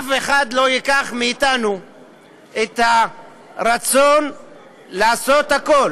אף אחד לא ייקח מאתנו את הרצון לעשות הכול